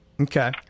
Okay